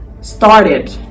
started